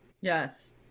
yes